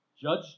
Judge